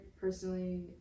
personally